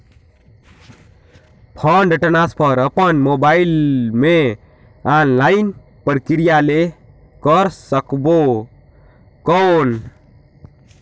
Fund transfer अपन mobile मे online प्रक्रिया ले कर सकबो कौन?